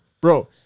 bro